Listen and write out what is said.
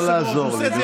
לא לעזור לי.